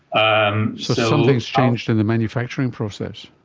um so something has changed in the manufacturing process?